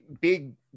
big